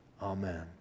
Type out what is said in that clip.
Amen